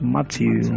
Matthew